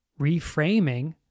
reframing